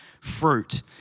fruit